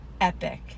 epic